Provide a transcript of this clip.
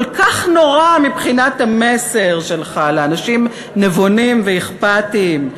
כל כך נורא מבחינת המסר שלך לאנשים נבונים ואכפתיים.